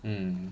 mm